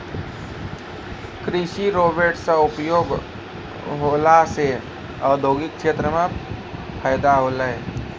कृषि रोवेट से उपयोग होला से औद्योगिक क्षेत्र मे फैदा होलै